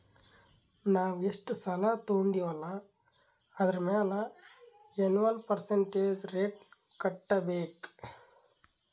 ನಾವ್ ಎಷ್ಟ ಸಾಲಾ ತೊಂಡಿವ್ ಅಲ್ಲಾ ಅದುರ್ ಮ್ಯಾಲ ಎನ್ವಲ್ ಪರ್ಸಂಟೇಜ್ ರೇಟ್ ಕಟ್ಟಬೇಕ್